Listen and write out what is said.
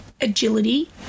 agility